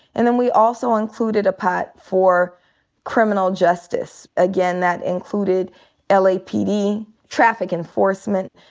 and then we also included a pot for criminal justice. again, that included l. a. p. d, traffic enforcement,